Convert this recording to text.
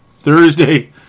Thursday